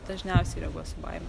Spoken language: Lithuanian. dažniausiai reaguos su baime